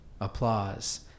applause